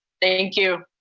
thank you.